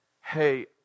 Hey